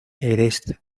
eres